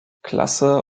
klasse